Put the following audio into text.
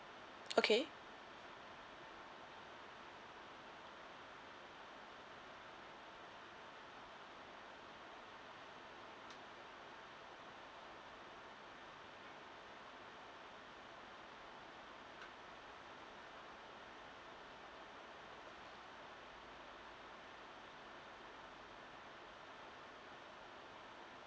okay